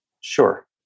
sure